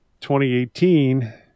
2018